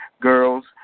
Girls